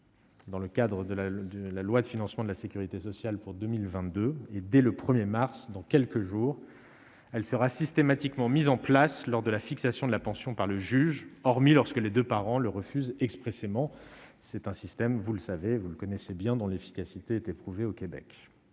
Dans le cadre de la de la loi de financement de la Sécurité sociale pour 2022, et dès le 1er mars dans quelques jours, elle sera systématiquement mis en place lors de la fixation de la pension par le juge, hormis lorsque les 2 parents le refuse expressément, c'est un système, vous le savez, vous le connaissez bien dont l'efficacité a été prouvée au Québec